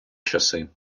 часи